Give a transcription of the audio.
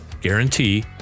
guarantee